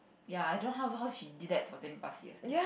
ya I don't know how how she did that for twenty plus years leh